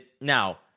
Now